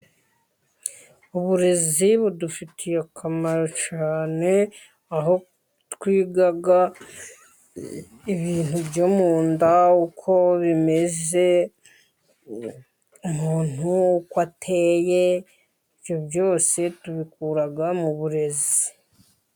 Uburezi budufitiye akamaro cyane, aho twiga ibintu byo mu nda uko bimeze, umuntu uko ateye. Ibyo byose tubikura mu burezi.